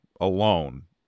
alone